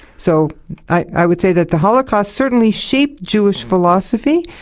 so i would say that the holocaust certainly shaped jewish philosophy,